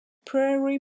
prairie